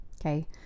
okay